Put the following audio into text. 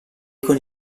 con